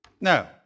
No